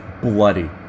bloody